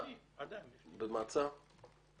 במעצר.